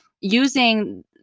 using